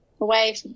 away